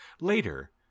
later